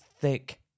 thick